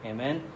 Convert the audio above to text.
Amen